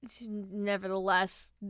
Nevertheless